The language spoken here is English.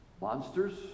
monsters